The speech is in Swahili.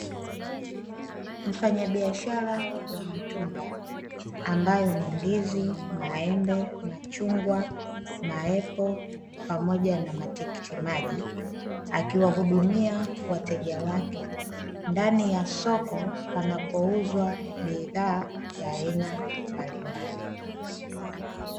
Mfanyabiashara wa matunda ambayo ni ndizi maembe, machungwa, maepo pamoja na matikiti maji akiwahudumia wateja wake ndani ya soko panapo uzwa bidhaa za aina mbalimbali.